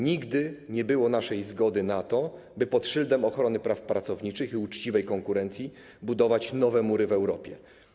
Nigdy nie było naszej zgody na to, by pod szyldem ochrony praw pracowniczych i uczciwej konkurencji budować nowe mury w Europie.